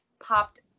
popped